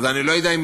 אז אני לא יודע אם